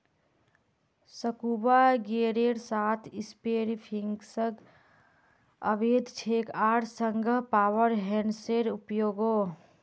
scuba गियरेर साथ spearfishing अवैध छेक आर संगह पावर हेड्सेर उपयोगो